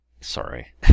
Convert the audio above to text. Sorry